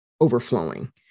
overflowing